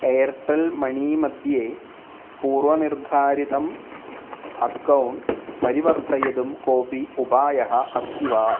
Airtel money मध्ये पूर्वनिर्धारितम् account परिवर्तयितुं कोऽपि उपायः अस्ति वा